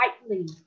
rightly